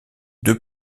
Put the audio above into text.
deux